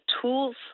tools